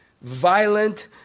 violent